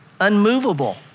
unmovable